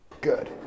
Good